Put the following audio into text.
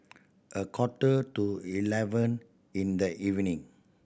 a quarter to eleven in the evening